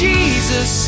Jesus